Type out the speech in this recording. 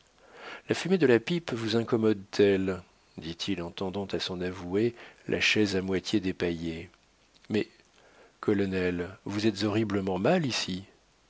la fumée de la pipe vous incommode t elle dit-il en tendant à son avoué la chaise à moitié dépaillée mais colonel vous êtes horriblement mal ici